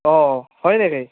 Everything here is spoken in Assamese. অঁ হয় নেকি